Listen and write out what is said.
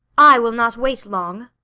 i will not wait long.